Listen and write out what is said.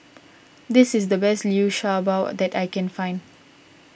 this is the best Liu Sha Bao that I can find